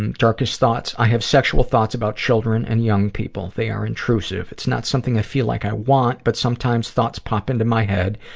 and darkest thoughts. i have sexual thoughts about children and young people. they are intrusive. it's not something i feel like i want, but sometimes thoughts pop into my head,